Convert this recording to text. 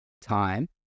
time